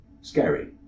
scary